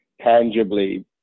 tangibly